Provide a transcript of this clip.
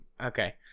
Okay